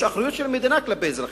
יש אחריות של המדינה כלפי אזרחיה.